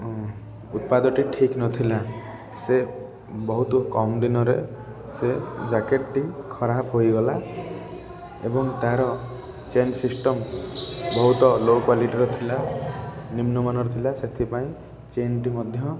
ଉତ୍ପାଦଟି ଠିକ୍ ନଥିଲା ସେ ବହୁତ କମ୍ ଦିନରେ ସେ ଜ୍ୟାକେଟ୍ଟି ଖରାପ ହୋଇଗଲା ଏବଂ ତା'ର ଚେନ୍ ସିଷ୍ଟମ୍ ବହୁତ ଲୋ କ୍ୱାଲିଟିର ଥିଲା ନିମ୍ନ ମାନର ଥିଲା ସେଥିପାଇଁ ଚେନ୍ଟି ମଧ୍ୟ